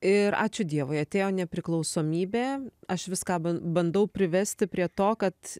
ir ačiū dievui atėjo nepriklausomybė aš viską ban bandau privesti prie to kad